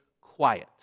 quiet